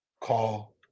call